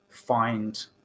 find